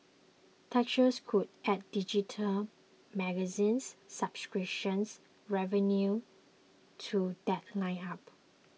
texture could add digital magazine subscription revenue to that lineup